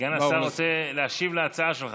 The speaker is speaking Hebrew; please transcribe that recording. סגן השר רוצה להשיב להצעה שלך.